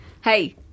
Hey